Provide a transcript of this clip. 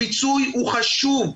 הפיצוי הוא חשוב.